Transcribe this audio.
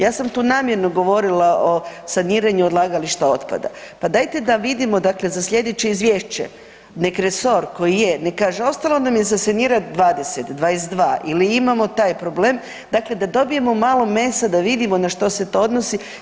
Ja sam tu namjerno govorila o saniranju odlagališta otpada, pa dajte da vidimo za sljedeće izvješće nek resor koji je kaže ostalo nam je za sanirat 20, 22 ili imamo taj problem dakle da dobijemo malo mesa da vidimo na što se to odnosi.